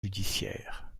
judiciaire